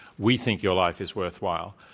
we think your life is worthwhile.